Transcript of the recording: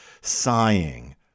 sighing